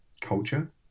culture